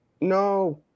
No